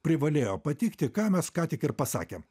privalėjo patikti ką mes ką tik ir pasakėm